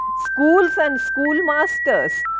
schools and schoolmasters,